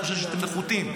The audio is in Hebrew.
הוא חושב שאתם נחותים.